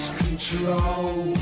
control